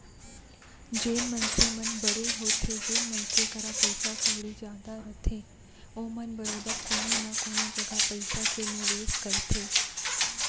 जेन मनसे मन बड़े होथे जेन मनसे करा पइसा कउड़ी जादा रथे ओमन बरोबर कोनो न कोनो जघा पइसा के निवेस करथे